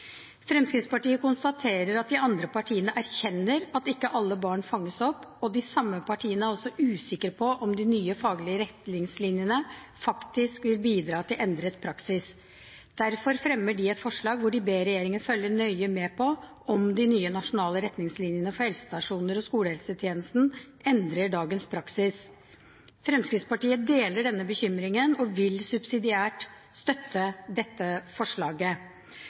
Fremskrittspartiet konstaterer at de andre partiene erkjenner at ikke alle barn fanges opp, og de samme partiene er også usikre på om de nye faglige retningslinjene faktisk vil bidra til endret praksis. Derfor fremmer de et forslag hvor de ber regjeringen følge nøye med på om de nye nasjonale retningslinjene for helsestasjoner og skolehelsetjeneste endrer dagens praksis. Fremskrittspartiet deler denne bekymringen og vil subsidiært støtte dette forslaget.